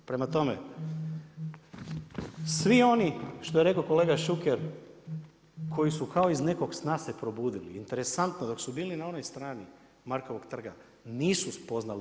Prema tome, svi oni što je rekao kolega Šuker koji su kao iz nekog sna se probudili, interesantno dok su bili na onoj strani Markovog trga, nisu spoznali